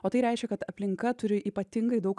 o tai reiškia kad aplinka turi ypatingai daug